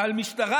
על משטרה